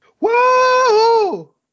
Whoa